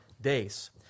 days